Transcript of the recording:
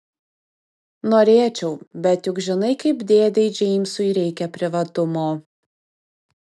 norėčiau bet juk žinai kaip dėdei džeimsui reikia privatumo